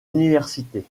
université